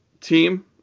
team